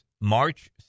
March